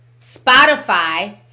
Spotify